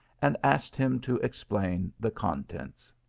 and asked him to explain the contents.